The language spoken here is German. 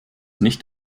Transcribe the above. nicht